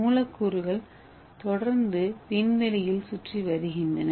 மூலக்கூறுகள் தொடர்ந்து விண்வெளியில் சுற்றி வருகின்றன